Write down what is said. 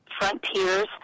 frontiers